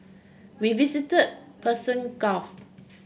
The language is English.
we visited the Persian Gulf